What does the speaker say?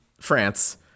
France